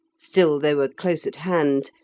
still they were close at hand,